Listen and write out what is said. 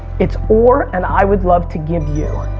it's or and i would love to give you.